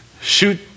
shoot